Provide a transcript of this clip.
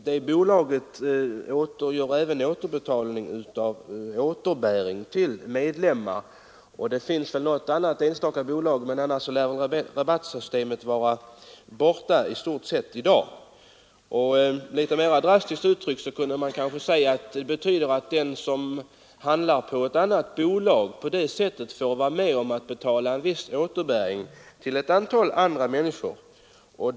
Det bolaget ger också återbäring till sina medlemmar. Det finns väl något annat enstaka bolag som gör det, men annars lär rabattsystemet i stort sett vara avskaffat i dag. Litet mera drastiskt uttryckt kunde man kanske säga att den som gör sina oljeinköp hos ett annat bolag på det sättet får vara med om att betala viss återbäring till ett antal andra människor.